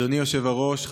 אדוני היושב-ראש,